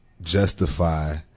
justify